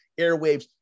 airwaves